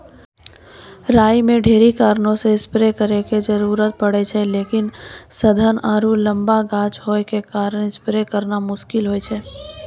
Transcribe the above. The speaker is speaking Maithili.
राई मे ढेरी कारणों से स्प्रे करे के जरूरत पड़े छै लेकिन सघन आरु लम्बा गाछ होय के कारण स्प्रे करना मुश्किल होय छै?